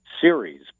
series